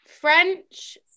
French